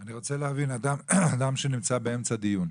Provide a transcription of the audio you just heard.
אני רוצה להבין, אדם שנמצא באמצע דיון,